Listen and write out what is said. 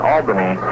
Albany